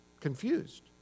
confused